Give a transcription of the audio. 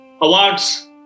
awards